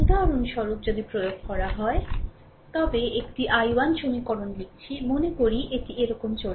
উদাহরণস্বরূপ যদি প্রয়োগ করা হয় তবে একটি I1 সমীকরণ লিখছি মনে করি এটি এরকম চলছে